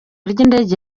ry’indege